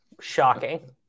shocking